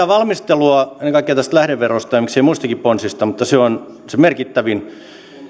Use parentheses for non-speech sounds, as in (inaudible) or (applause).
(unintelligible) valmistelua ennen kaikkea lähdeverosta ja miksei muistakin ponsista mutta se on se merkittävin